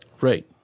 Right